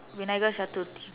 vinayagar sathurthi